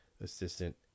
assistant